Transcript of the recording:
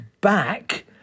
back